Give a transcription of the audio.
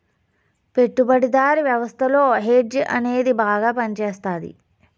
పెట్టుబడిదారీ వ్యవస్థలో హెడ్జ్ అనేది బాగా పనిచేస్తది